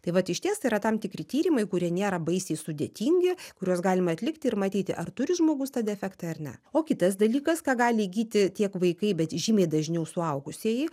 tai vat išties tai yra tam tikri tyrimai kurie nėra baisiai sudėtingi kuriuos galima atlikti ir matyti ar turi žmogus tą defektą ar ne o kitas dalykas ką gali įgyti tiek vaikai bet žymiai dažniau suaugusieji